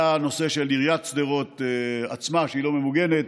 היה הנושא של עיריית שדרות עצמה, שהיא לא ממוגנת.